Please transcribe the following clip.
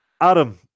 Adam